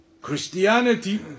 Christianity